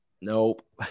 nope